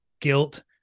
guilt